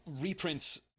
reprints